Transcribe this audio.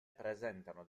presentano